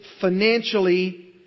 financially